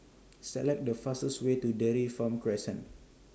Select The fastest Way to Dairy Farm Crescent